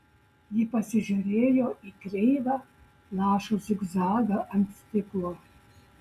ji pasižiūrėjo į kreivą lašo zigzagą ant stiklo